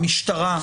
והמשטרה,